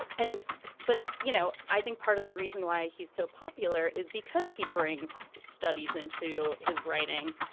and but you know i think part of the reason why he's so popular is because he brings studies into his writing.